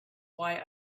why